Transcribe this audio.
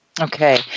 Okay